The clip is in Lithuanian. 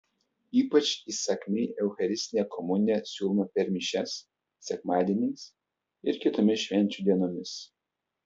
ypač įsakmiai eucharistinė komunija siūloma per mišias sekmadieniais ir kitomis švenčių dienomis